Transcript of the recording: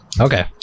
Okay